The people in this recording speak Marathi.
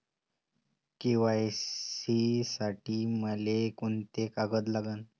के.वाय.सी साठी मले कोंते कागद लागन?